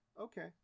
Okay